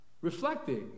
reflecting